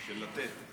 של לתת.